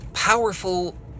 powerful